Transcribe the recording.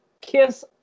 Kiss